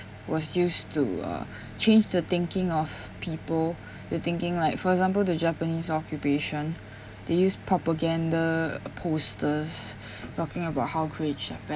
was used to uh change the thinking of people their thinking like for example the japanese occupation they use propaganda posters talking about how great japan